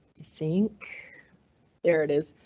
think there it is.